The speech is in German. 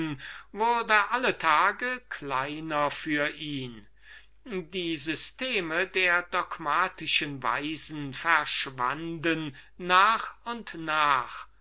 wurde alle tage kleiner für ihn die systeme der dogmatischen weisen verschwanden nach und nach